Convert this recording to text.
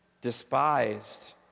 Despised